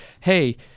hey